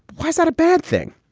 why is that a bad thing?